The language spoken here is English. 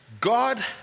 God